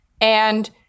And-